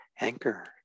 anchor